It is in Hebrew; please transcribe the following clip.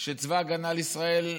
צבא ההגנה לישראל,